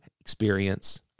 experience